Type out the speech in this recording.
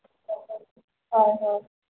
ꯍꯣꯏ ꯍꯣꯏ